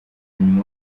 nyuma